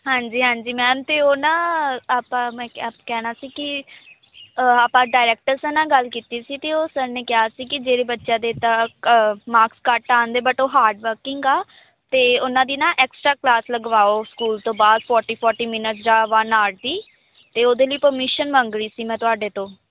ਹਾਂਜੀ ਹਾਂਜੀ ਮੈਮ ਅਤੇ ਉਹ ਨਾ ਆਪਾਂ ਮੈਂ ਕਹਿਣਾ ਸੀ ਕਿ ਆਪਾਂ ਡਾਇਰੈਕਟਰ ਸਰ ਨਾਲ ਗੱਲ ਕੀਤੀ ਸੀ ਅਤੇ ਉਹ ਸਰ ਨੇ ਕਿਹਾ ਸੀ ਕਿ ਜਿਹੜੇ ਬੱਚਿਆਂ ਦੇ ਤਾਂ ਮਾਰਕਸ ਘੱਟ ਆਉਂਦੇ ਬਟ ਉਹ ਹਾਰਡ ਵਰਕਿੰਗ ਆ ਅਤੇ ਉਹਨਾਂ ਦੀ ਨਾ ਐਕਸਟਰਾ ਕਲਾਸ ਲਗਵਾਓ ਸਕੂਲ ਤੋਂ ਬਾਅਦ ਫੋਰਟੀ ਫੋਰਟੀ ਮਿੰਟ ਜਾਂ ਵਨ ਆਰ ਦੀ ਅਤੇ ਉਹਦੇ ਲਈ ਪਰਮਿਸ਼ਨ ਮੰਗ ਰਹੀ ਸੀ ਮੈਂ ਤੁਹਾਡੇ ਤੋਂ